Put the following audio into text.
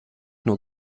nur